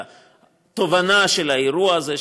והתובנה של האירוע הזה,